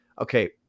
okay